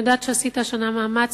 אני יודעת שעשית השנה מאמץ,